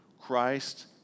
Christ